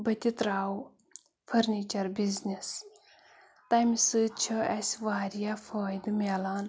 بہٕ تہِ ترٛاوٕ فٔرنیٖچر بِزنِس تَمہِ سۭتۍ چھُ اَسہِ واریاہ فٲیدٕ میلان